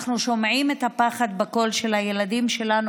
אנחנו שומעים את הפחד בקול של הילדים שלנו.